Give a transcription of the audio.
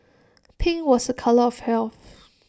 pink was A colour of health